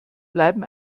bleiben